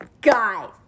guys